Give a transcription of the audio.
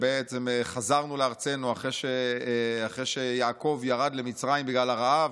שחזרנו לארצנו אחרי שיעקב ירד למצרים בגלל הרעב,